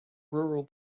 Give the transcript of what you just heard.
rural